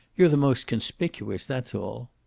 you're the most conspicuous, that's all.